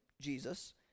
Jesus